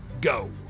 Go